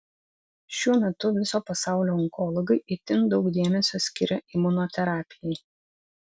šiuo metu viso pasaulio onkologai itin daug dėmesio skiria imunoterapijai